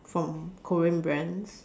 from Korean brands